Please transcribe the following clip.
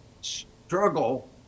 struggle